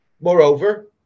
Moreover